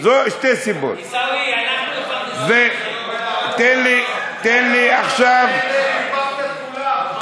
עיסאווי, אנחנו, אתה פתחת בלנדר, ערבבת את כולם.